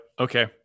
okay